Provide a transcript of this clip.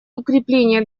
укрепления